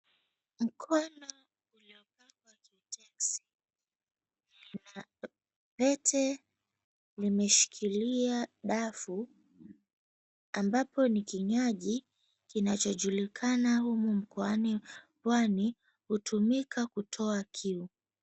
Mkono uliopakwa kutexi lina pete limeshikilia dafu ambapo ni kinywaji kinachojulikana humu mkoani Pwani hutumika kutoa kiu.